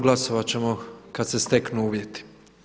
Glasovat ćemo kad se steknu uvjeti.